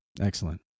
Excellent